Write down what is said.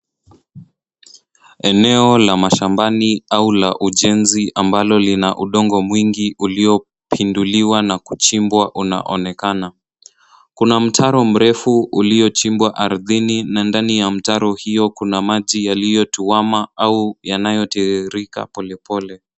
Eneo la mashambani au la ujenzi ambalo lina udongo mwingi uliopinduliwa na kuchimbwa unaonekana. Kuna mtaro mrefu uliochimbwa ardhini na ndani ya mtaro hiyo kuna maji yaliyotuama au yanayotiririka polepole.